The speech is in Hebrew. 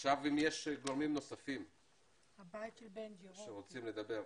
האם יש גורמים נוספים שרוצים לדבר?